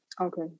Okay